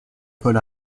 paul